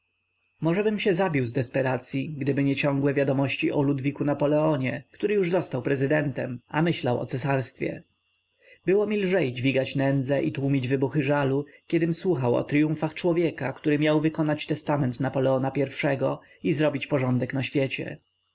podwalem możebym się zabił z desperacyi gdyby nie ciągłe wiadomości o ludwiku napoleonie który już został prezydentem a myślał o cesarstwie było mi lżej dźwigać nędzę i tłumić wybuchy żalu kiedym słuchał o tryumfach człowieka który miał wykonać testament napoleona i i zrobić porządek w świecie